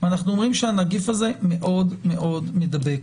נגיף מאוד מאוד מדבק,